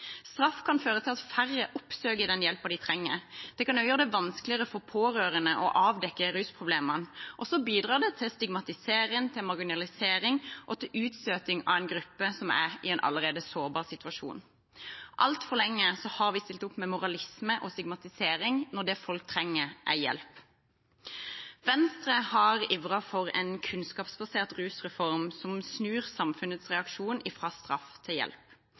Straff kan føre til at færre oppsøker den hjelpen de trenger. Det kan også gjøre det vanskeligere for pårørende å avdekke rusproblemene, og så bidrar det til stigmatisering, til marginalisering og til utstøting av en gruppe som allerede er i en sårbar situasjon. Altfor lenge har vi stilt opp med moralisme og stigmatisering når det folk trenger, er hjelp. Venstre har ivret for en kunnskapsbasert rusreform som snur samfunnets reaksjon fra straff til hjelp.